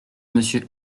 monsieur